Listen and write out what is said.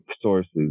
sources